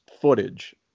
footage